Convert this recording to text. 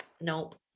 Nope